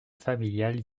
familiale